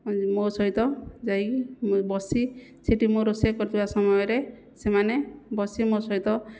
ମୋ' ସହିତ ଯାଇକି ବସି ସେ'ଠି ମୁଁ ରୋଷେଇ କରୁଥିବା ସମୟରେ ସେମାନେ ବସି ମୋ' ସହିତ